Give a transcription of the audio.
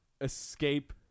escape